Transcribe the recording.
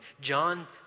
John